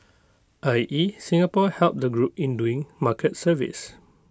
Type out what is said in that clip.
I E Singapore helped the group in doing market surveys